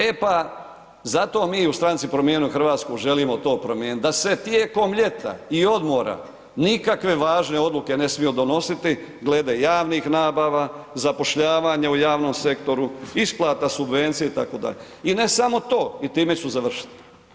E pa zato mi u Stranci promijenimo Hrvatsku želimo to promijeniti, da se tijekom ljeta i odmora nikakve važne odluke ne smiju donositi glede javnih nabava, zapošljavanja u javnom sektoru, isplata subvencija itd. i ne samo to i time ću završit.